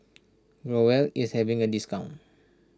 Growell is having a discount